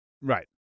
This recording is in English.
right